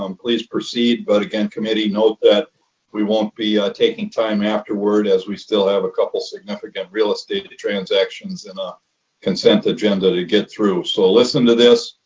um please proceed. but again, committee, note that we won't be taking time afterward as we still have a couple significant real estate transactions and a consent agenda to get through. so listen to this,